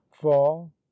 fall